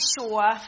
sure